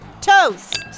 Toast